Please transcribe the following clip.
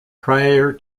prior